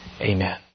Amen